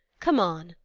come on.